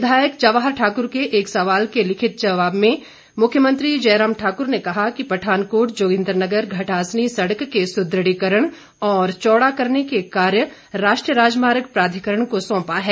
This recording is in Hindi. विधायक जवाहर ठाक्र के एक सवाल के लिखित जवाब में मुख्यमंत्री जयराम ठाकुर ने कहा कि पठानकोट जोगिंद्रनगर घटासनी सड़क के सुदुढ़ीकरण और चौड़ा करने का कार्य राष्ट्रीय राजमार्ग प्राधिकरण को सौंपा है